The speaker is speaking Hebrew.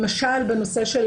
למשל, בנושא של